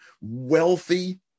wealthy